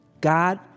God